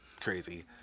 crazy